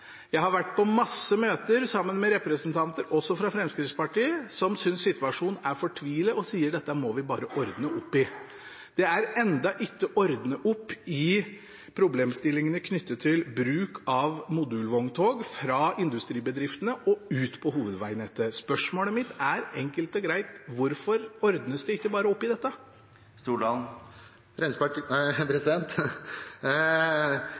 Jeg har vært på mange møter – også sammen med representanter fra Fremskrittspartiet som synes situasjonen er fortvilet, og som sier at dette må vi bare ordne opp i. Det er ennå ikke ordnet opp i problemstillingene knyttet til bruk av modulvogntog fra industribedriftene og ut på hovedvegnettet. Spørsmålet mitt er enkelt og greit: Hvorfor ordnes det ikke opp i dette?